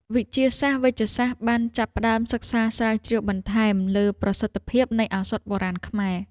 វិទ្យាសាស្ត្រវេជ្ជសាស្ត្របានចាប់ផ្តើមសិក្សាស្រាវជ្រាវបន្ថែមលើប្រសិទ្ធភាពនៃឱសថបុរាណខ្មែរ។